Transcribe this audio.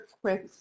quick